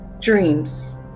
Dreams